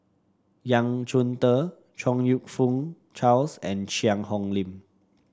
Yang Chunde Chong You Fook Charles and Cheang Hong Lim